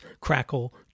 Crackle